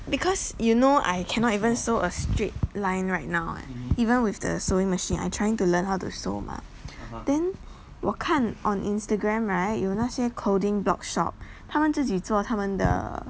because you know I cannot even so a straight line right now and even with the sewing machine I trying to learn how to sew mah then 我看 on instagram right 有哪些 clothing blogshop 他们自己做他们的